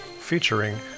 featuring